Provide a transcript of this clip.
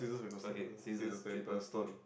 okay scissors paper stone